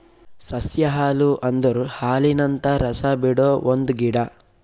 ಸಸ್ಯ ಹಾಲು ಅಂದುರ್ ಹಾಲಿನಂತ ರಸ ಬಿಡೊ ಒಂದ್ ಗಿಡ